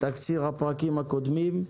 תקציר הפרקים הקודמים: